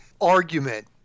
argument